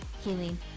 healing